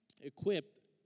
equipped